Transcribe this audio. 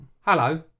Hello